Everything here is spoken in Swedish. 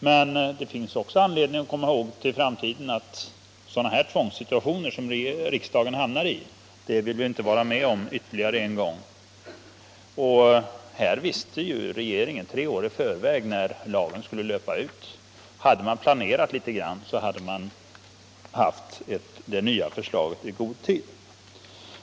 Men det finns också anledning komma ihåg för framtiden att en sådan tvångssituation som riksdagen här har hamnat i vill vi inte vara med om en gång till. Och regeringen visste ju här tre år i förväg när lagen skulle löpa ut. Hade man då planerat litet, så hade vi haft det nya förslaget i god tid.